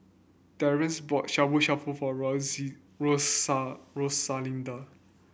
Terrell bought Shabu Shabu for Rosalinda